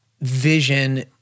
vision